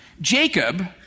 Jacob